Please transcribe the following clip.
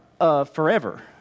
forever